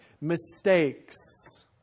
Mistakes